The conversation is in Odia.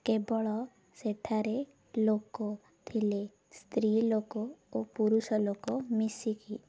କେବଳ ସେଠାରେ ଲୋକ ଥିଲେ ସ୍ତ୍ରୀ ଲୋକ ଓ ପୁରୁଷ ଲୋକ ମିଶିକି